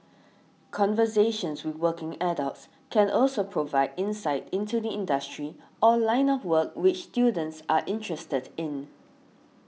conversations with working adults can also provide insight into the industry or line of work which students are interested in